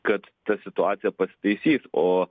kad ta situacija pasitaisys o